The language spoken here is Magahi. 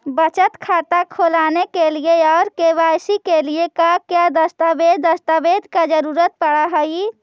बचत खाता खोलने के लिए और के.वाई.सी के लिए का क्या दस्तावेज़ दस्तावेज़ का जरूरत पड़ हैं?